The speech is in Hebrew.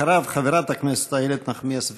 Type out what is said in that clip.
אחריו, חברת הכנסת איילת נחמיאס ורבין.